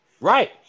Right